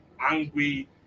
angry